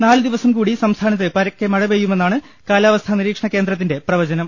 നാലു ദിവസം കൂടി സംസ്ഥാനത്ത് പരക്കെ മഴ പെയ്യുമെന്നാണ് കാലാ വസ്ഥാ നിരീക്ഷണ കേന്ദ്രത്തിന്റെ പ്രവചനം